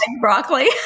broccoli